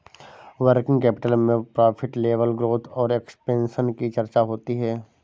working capital में profit level growth और expansion की चर्चा होती है